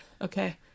Okay